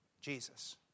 Jesus